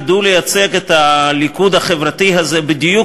תדע לייצג את הליכוד החברתי הזה בדיוק